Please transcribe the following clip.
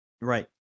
Right